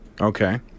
okay